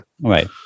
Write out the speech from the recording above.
Right